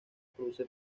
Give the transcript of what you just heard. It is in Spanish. produce